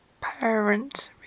parent